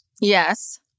Yes